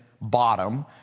bottom